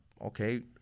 Okay